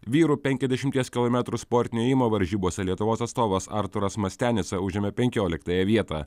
vyrų penkiasdešimties kilometrų sportinio ėjimo varžybose lietuvos atstovas arturas mastianica užėmė penkioliktąją vietą